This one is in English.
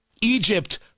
Egypt